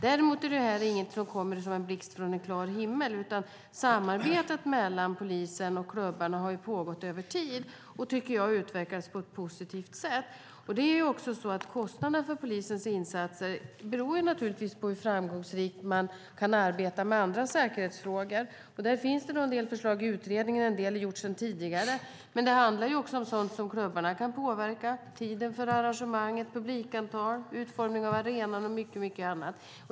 Däremot är det här ingenting som kommer som en blixt från klar himmel. Samarbetet mellan polisen och klubbarna har pågått över tid och, tycker jag, utvecklats på ett positivt sätt. Kostnaden för polisens insatser beror naturligtvis på hur framgångsrikt man kan arbeta med andra säkerhetsfrågor. Där finns det förslag i utredningen, och en del är gjort sedan tidigare. Det handlar också om sådant som klubbarna kan påverka, till exempel tiden för arrangemanget, publikstorleken, utformningen av arenan och mycket annat.